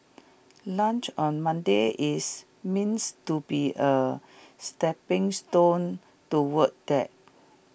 lunch on Monday is meant to be A stepping stone toward that